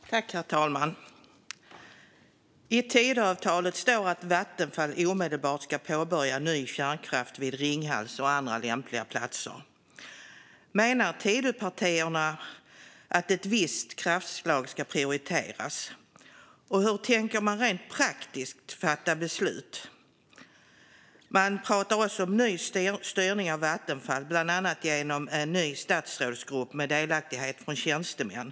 Herr talman! I Tidöavtalet står att Vattenfall omedelbart ska påbörja ny kärnkraft vid Ringhals och andra lämpliga platser. Menar Tidöpartierna att ett visst kraftslag ska prioriteras? Och hur tänker man rent praktiskt fatta beslut? Man pratar också om ny styrning av Vattenfall, bland annat genom en ny statsrådsgrupp med delaktighet av tjänstemän.